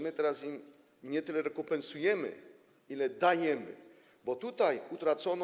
My teraz im nie tyle rekompensujemy, ile dajemy, bo tutaj utracono.